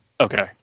okay